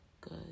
good